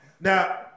Now